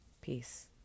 Peace